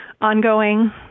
ongoing